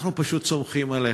אנחנו פשוט סומכים עליך.